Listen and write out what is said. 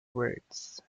words